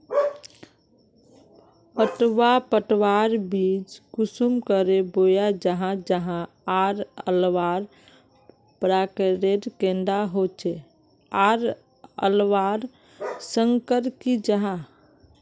पटवा पटवार बीज कुंसम करे बोया जाहा जाहा आर लगवार प्रकारेर कैडा होचे आर लगवार संगकर की जाहा?